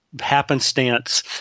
Happenstance